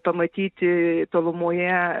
pamatyti tolumoje